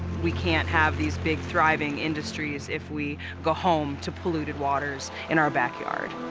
we can't have these big thriving industries if we go home to polluted waters in our back yard.